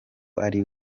ari